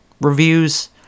reviews